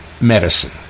Medicine